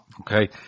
Okay